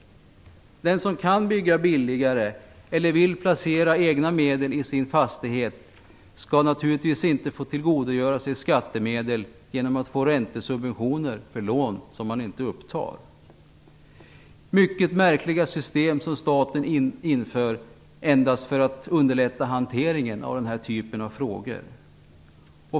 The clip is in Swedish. Den som kan bygga billigare eller som vill placera egna medel i sin fastighet skall naturligtvis inte få tillgodogöra sig skattemedel genom att få räntesubventioner för lån som de inte upptar. Staten inför mycket märkliga system endast för att underlätta hanteringen av den här typen av frågor.